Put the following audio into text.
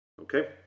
okay